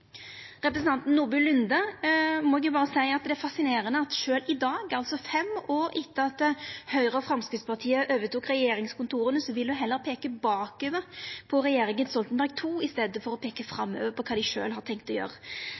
representanten Nordby Lunde sjølv i dag, altså fem år etter at Høgre og Framstegspartiet overtok regjeringskontora, heller vil peika bakover, på regjeringa Stoltenberg II, i staden for å peika framover på kva dei sjølve har tenkt å